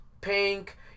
Pink